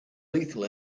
lethal